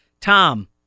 Tom